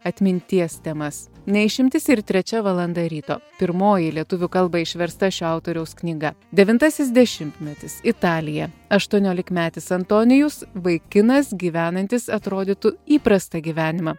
atminties temas ne išimtis ir trečia valanda ryto pirmoji į lietuvių kalbą išversta šio autoriaus knyga devintasis dešimtmetis italija aštuoniolikmetis antonijus vaikinas gyvenantis atrodytų įprastą gyvenimą